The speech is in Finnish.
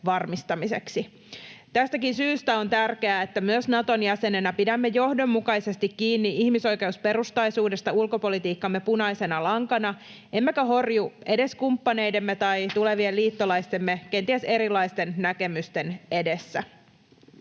varmistamiseksi. Tästäkin syystä on tärkeää, että myös Naton jäsenenä pidämme johdonmukaisesti kiinni ihmisoikeusperustaisuudesta ulkopolitiikkamme punaisena lankana emmekä horju edes kumppaneidemme tai tulevien liittolaistemme kenties erilaisten näkemysten edessä.